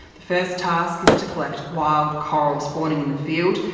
the first task is to collect wild coral spawning in the field,